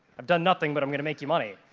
i've done nothing, but i'm gonna make you money.